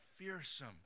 fearsome